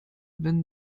wenn